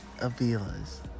Avila's